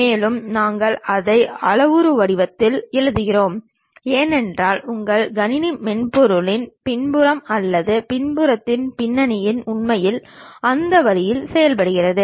மேலும் நாங்கள் அதை அளவுரு வடிவத்தில் எழுதுகிறோம் என்றால் உங்கள் கணினி மென்பொருளின் பின்புறம் அல்லது பின்புறத்தின் பின்னணி உண்மையில் அந்த வழியில் செயல்படுகிறது